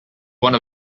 one